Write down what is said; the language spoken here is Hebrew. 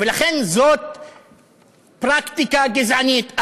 ולכן, זאת פרקטיקה גזענית.